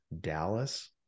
Dallas